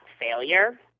failure